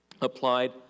applied